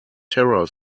terror